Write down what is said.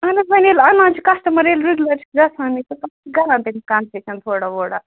اَہن حظ وَنۍ ییٚلہِ اَنان چھِ کسٹمر ییٚلہِ رُگوٗلر چھُ گژھان کَران تٔمِس کَنسیٚشَن تھوڑا ووڑا